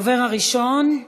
הדובר הראשון,